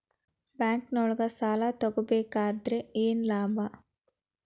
ಬ್ಯಾಂಕ್ನೊಳಗ್ ಸಾಲ ತಗೊಬೇಕಾದ್ರೆ ಏನ್ ಲಾಭ?